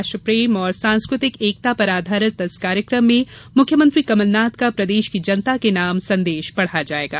राष्ट्रप्रेम और सांस्कृतिक एकता पर आधारित इस कार्यक्रम में मुख्यमंत्री कमलनाथ का प्रदेश की जनता के नाम संदेश पढा जायेगा